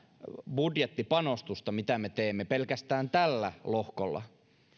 budjettipanostuksen havainnollistamiseksi mitä me teemme pelkästään tällä lohkolla